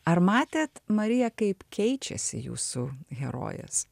ar matėt marija kaip keičiasi jūsų herojės